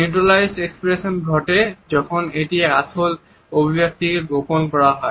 neutralise expression ঘটে যখন একটি আসল অভিব্যক্তিকে গোপন করা হয়